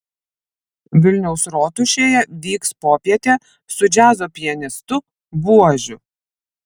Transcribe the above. vilniaus rotušėje vyks popietė su džiazo pianistu buožiu